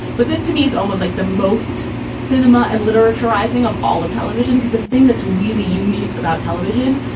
but this to me is almost like the most cinema and literature rising of all of television, because the thing that's really unique about television,